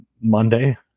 Monday